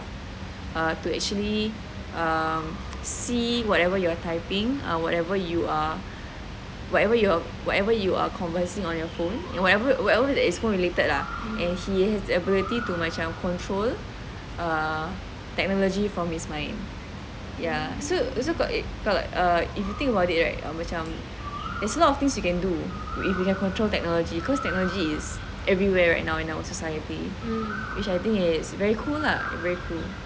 err to actually um see whatever you're typing err whatever you are whatever you whatever you are conversing on your phone or whatever that is phone related lah and he has the ability to macam technology from his mind ya so is it got it got like err if you think about it right macam there's a lot of things you can do if you can control technology cause technology is everywhere right now in our society which I think is very cool lah very cool